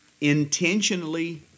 intentionally